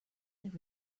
there